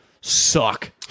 suck